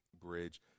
bridge